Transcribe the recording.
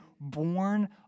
born